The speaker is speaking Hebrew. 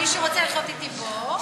מי שרוצה לחיות אתי פה,